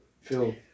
Phil